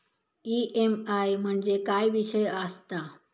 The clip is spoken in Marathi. ई.एम.आय म्हणजे काय विषय आसता?